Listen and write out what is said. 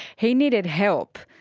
he needed help.